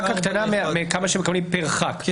רק הקטנה מכמה שמקבלים פר חבר כנסת.